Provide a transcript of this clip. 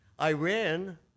Iran